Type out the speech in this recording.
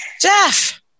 Jeff